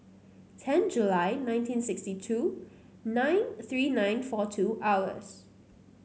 ten July nineteen sixty two nine three nine four two hours